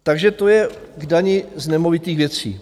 Takže to je k dani z nemovitých věcí.